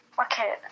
Okay